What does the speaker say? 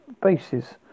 bases